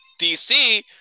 DC